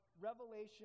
Revelation